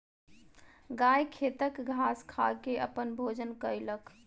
गाय खेतक घास खा के अपन भोजन कयलक